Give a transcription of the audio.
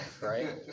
right